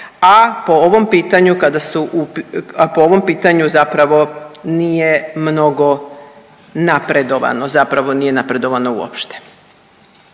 a po ovom pitanju zapravo nije mnogo napredovano, zapravo nije napredovano uopšte.